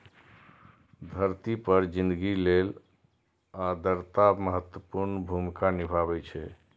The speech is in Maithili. धरती पर जिनगी लेल आर्द्रता महत्वपूर्ण भूमिका निभाबै छै